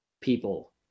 people